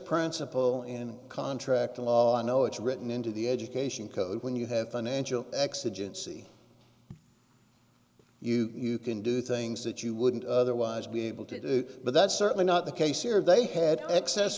principle in contract law i know it's written into the education code when you have financial exigency you can do things that you wouldn't otherwise be able to do but that's certainly not the case here if they had excess